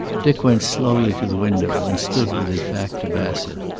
dick went slowly to the window, and stood with his back to bassett.